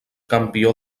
campió